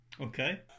Okay